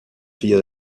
figlia